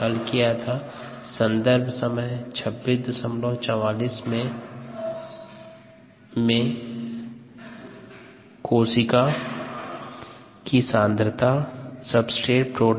हमने सन्दर्भ स्लाइड समय 2640 पर प्रदर्शित समस्या को